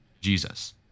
Jesus